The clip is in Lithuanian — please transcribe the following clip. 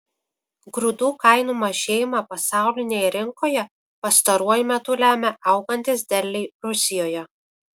grūdų kainų mažėjimą pasaulinėje rinkoje pastaruoju metu lemia augantys derliai rusijoje